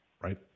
right